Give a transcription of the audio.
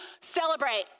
Celebrate